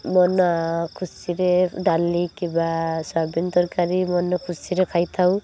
ମନ ଖୁସିରେ ଡାଲି କିମ୍ବା ସୋୟାବିନ ତରକାରୀ ମନ ଖୁସିରେ ଖାଇଥାଉ